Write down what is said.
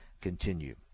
continue